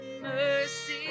Mercy